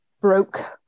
broke